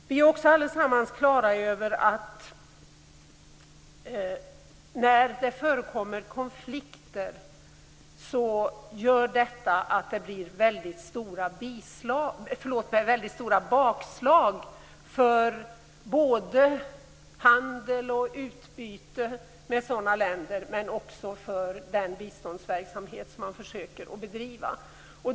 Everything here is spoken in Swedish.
Vi är också allesammans klara över att de konflikter som förekommer gör att det blir väldigt stora bakslag för både handel och utbyte med sådana länder men också för den biståndsverksamhet som man försöker att bedriva.